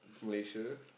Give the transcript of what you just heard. Malaysia